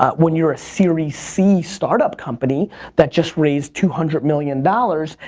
when you're a series c startup company that just raised two hundred million dollars,